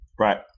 Right